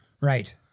Right